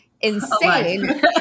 insane